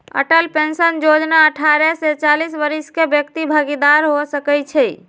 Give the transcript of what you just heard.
Atal pension जोजना अठारह से चालीस वरिस के व्यक्ति भागीदार हो सकइ छै